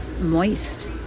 moist